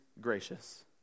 gracious